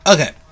Okay